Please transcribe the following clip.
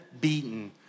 beaten